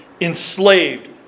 enslaved